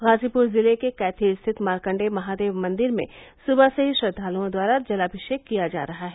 गाजीपुर जिले के कैथी स्थित मारकण्डेय महादेव मंदिर में सुबह से ही श्रद्वालुओं द्वारा जलामिषेक किया जा रहा है